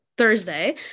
Thursday